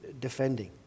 defending